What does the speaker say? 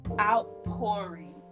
outpouring